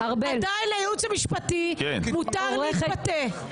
עדיין לייעוץ המשפטי מותר להתבטא.